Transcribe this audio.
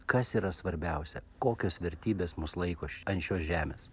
kas yra svarbiausia kokios vertybės mus laiko ant šios žemės